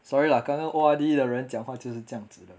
sorry lah 刚刚 O_R_D 的人讲话就是这样子的